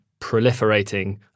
proliferating